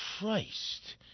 Christ